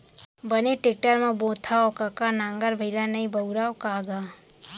बने टेक्टर म बोथँव कका नांगर बइला नइ बउरस का गा?